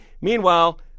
Meanwhile